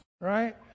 right